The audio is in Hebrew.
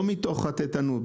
לא מתוך חטטנות,